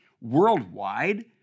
Worldwide